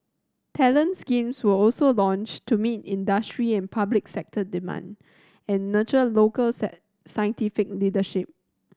talent schemes were also launched to meet industry and public sector demand and nurture local scientific leadership